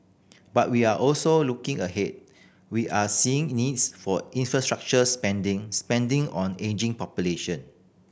but we are also looking ahead we are seeing needs for infrastructure spending spending on ageing population